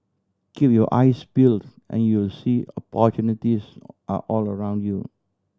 keep your eyes peeled and you will see opportunities are all around you